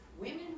women